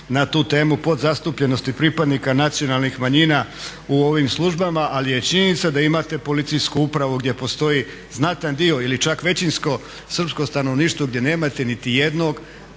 na tu temu podzastupljenosti pripadnika nacionalnih manjina u ovim službama. Ali je činjenica da imate policijsku upravu gdje postoji znatan dio ili čak većinsko srpsko stanovništvo gdje nemate niti jednog